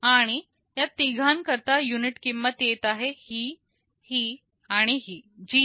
आणि या तिघां करता युनिट किंमत येत आहे ही ही आणि ही